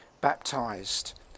baptized